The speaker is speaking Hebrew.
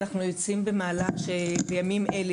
אנחנו מתחילים מהלך בימים אלה,